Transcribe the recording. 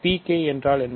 P k என்றால் என்ன